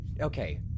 okay